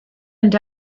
and